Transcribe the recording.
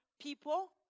people